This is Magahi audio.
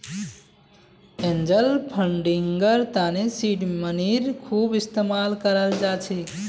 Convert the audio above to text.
एंजल फंडिंगर तने सीड मनीर खूब इस्तमाल कराल जा छेक